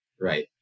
right